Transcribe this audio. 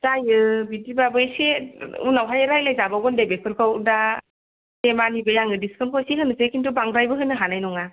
जायो बिदिबाबो एसे उनावहाय रायज्लाय जाबावगोन दे बेफोरखौ दा दे मानिबाय आङो डिसकाउन्टखौ एसे होनोसै खिन्थु बांद्रायबो होनो हानाय नङा